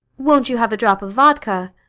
won't you have a drop of vodka?